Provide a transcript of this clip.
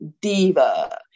diva